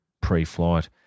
pre-flight